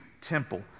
temple